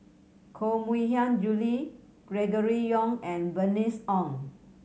Koh Mui Hiang Julie Gregory Yong and Bernice Ong